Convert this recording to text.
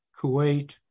Kuwait